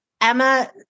Emma